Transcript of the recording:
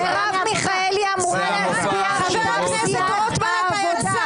היא מצביעה מטעם סיעת העבודה.